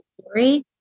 story